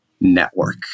network